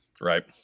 Right